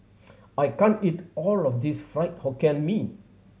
I can't eat all of this Fried Hokkien Mee